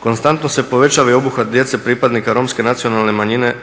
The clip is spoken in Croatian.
Konstantno se povećava i obuhvat djece pripadnika Romske nacionalne manjine